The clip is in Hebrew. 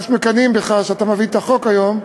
פשוט מקנאים בך שאתה מביא את החוק היום,